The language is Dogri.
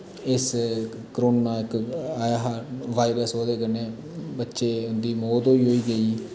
इस कोरोना इक आया हा वायरस ओह्दे कन्नै बच्चे दी मौत होई होई गेई